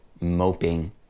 moping